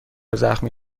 زخمی